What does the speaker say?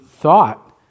thought